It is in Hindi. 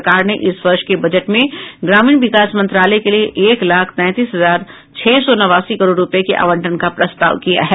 सरकार ने इस वर्ष के बजट में ग्रामीण विकास मंत्रालय के लिए एक लाख तैंतीस हजार छह सौ नवासी करोड़ रुपये के आवंटन का प्रस्ताव किया है